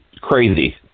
crazy